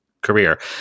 career